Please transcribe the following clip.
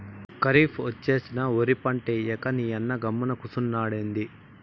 కరీఫ్ ఒచ్చేసినా ఒరి పంటేయ్యక నీయన్న గమ్మున కూసున్నాడెంది